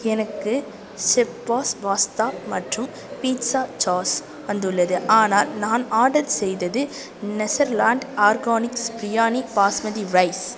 எனக்கு chef's pasta மற்றும் pizza sauce வந்துள்ளது ஆனால் நான் ஆடர் செய்தது Netherland organics biryani basmati rice